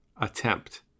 attempt